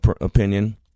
opinion